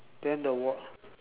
then the wa~